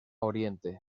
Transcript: oriente